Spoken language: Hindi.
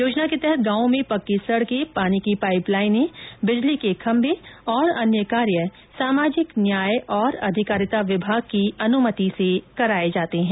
योजना के तहत गांवों में पक्की सड़कें पानी की पाइप लाइनें बिजली के खम्मे और अन्य कार्य सामाजिक न्याय और अधिकारिता विभाग की अनुमति से कराए जाते हैं